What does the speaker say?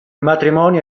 matrimonio